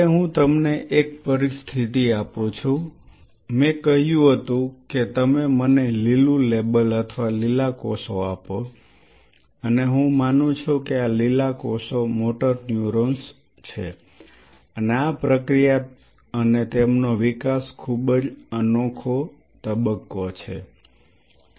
હવે હું તમને એક પરિસ્થિતિ આપું છું મેં કહ્યું હતું કે તમે મને લીલું લેબલ અથવા લીલા કોષો આપો અને હું માનું છું કે આ લીલા કોષો મોટર ન્યુરોન્સ છે અને આ પ્રક્રિયા અને તેમનો વિકાસ ખૂબ જ અનોખો તબક્કો હોઈ શકે છે